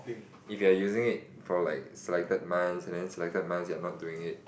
if you are using it for like selected months and then selected months you are not doing it